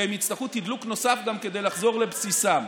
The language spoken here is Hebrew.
והם יצטרכו תדלוק נוסף גם כדי לחזור לבסיסם.